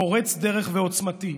פורץ דרך ועוצמתי,